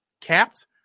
capped